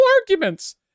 arguments